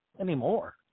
anymore